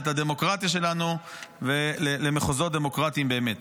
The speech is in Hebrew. -- את הדמוקרטיה שלנו למחוזות דמוקרטיים באמת.